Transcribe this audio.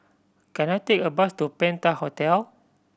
can I take a bus to Penta Hotel